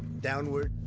downward.